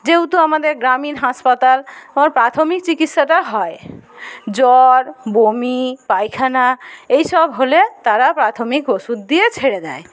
যেহুতু আমাদের গ্রামীণ হাসপাতাল প্রাথমিক চিকিৎসাটা হয় জ্বর বমি পায়খানা এইসব হলে তারা প্রাথমিক ওষুধ দিয়ে ছেড়ে দেয়